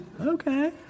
Okay